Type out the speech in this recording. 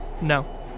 No